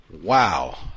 Wow